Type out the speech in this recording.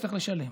יצטרך לשלם.